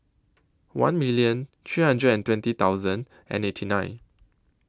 one minute three hundred and twenty thousand and eighty nine